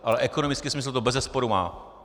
Ale ekonomický smysl to bezesporu má.